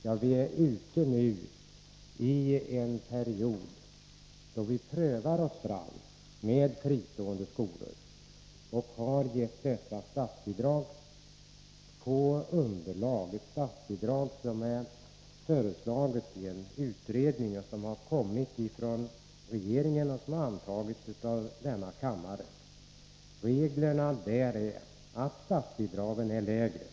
Ja, vi är nu i en period då vi prövar oss fram med fristående skolor och har gett dessa statsbidrag, vilket har föreslagits i en utredning från regeringen och därefter antagits av denna kammare. Reglerna där är att statsbidragen är lägre.